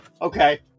Okay